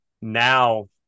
Now